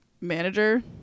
manager